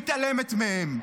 מתעלמת מהם.